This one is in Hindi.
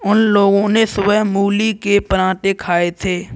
उन लोगो ने सुबह मूली के पराठे खाए थे